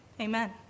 amen